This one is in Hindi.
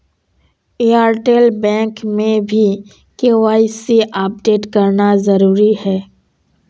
एयरटेल बैंक में भी के.वाई.सी अपडेट करना जरूरी है